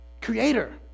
creator